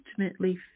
ultimately